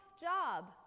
job